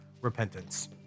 Repentance